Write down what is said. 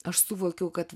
aš suvokiau kad